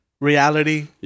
reality